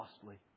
costly